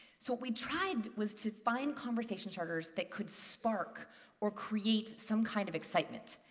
so what we tried was to find conversation starters that could spark or create some kind of excitement.